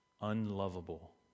unlovable